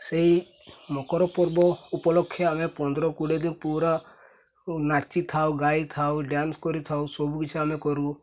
ସେଇ ମକର ପର୍ବ ଉପଲକ୍ଷେ ଆମେ ପନ୍ଦର କୋଡ଼ିଏ ଦିନ ପୁରା ନାଚିଥାଉ ଗାଇଥାଉ ଡ୍ୟାନ୍ସ କରିଥାଉ ସବୁକିଛି ଆମେ କରୁ